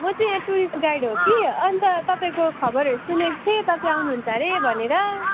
म चाहिँ यहाँ टुरिस्ट गाइड हो कि अन्त तपाईँको खबरहरू सुनेको थिएँ तपाईँ आउनु हुन्छ भनेर